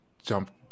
jump